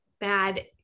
bad